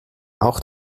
auch